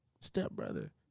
stepbrother